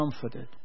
comforted